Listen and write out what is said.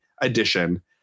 edition